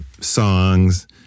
songs